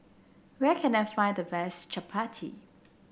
where can I find the best chappati